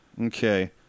Okay